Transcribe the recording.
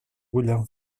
bullen